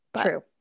True